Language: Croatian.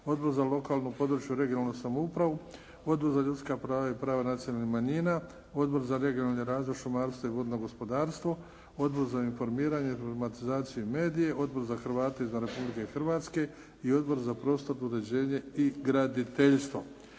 Odbor za lokalnu i područnu (regionalnu) samoupravu, Odbor za ljudska prava i prava nacionalnih manjina, Odbor za regionalni razvoj, šumarstvo i vodno gospodarstvo, Odbor za informiranje, informatizaciju i medije, Odbor za Hrvatske izvan Republike Hrvatske i Odbor za prostorno uređenje i graditeljstvo.